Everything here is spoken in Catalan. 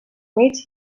mig